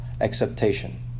acceptation